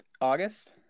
August